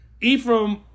Ephraim